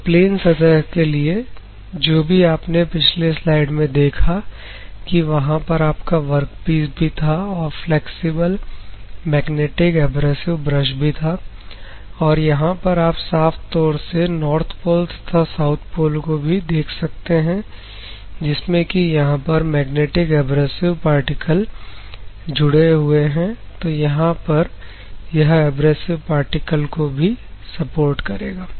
तो प्लेन सतह के लिए जो भी आपने पिछले स्लाइड में देखा कि वहां पर आपका वर्कपीस भी था और फ्लैक्सिबल मैग्नेटिक एब्रेसिव ब्रश भी था और यहां पर आप साफ तौर से नॉर्थ पोल तथा साउथ पोल को भी देख सकते हैं जिसमें कि यहां पर मैग्नेटिक एब्रेसिव पार्टिकल जुड़े हुए हैं तो यहां पर यह एब्रेसिव पार्टिकल को भी सपोर्ट करेगा